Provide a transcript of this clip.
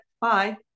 Bye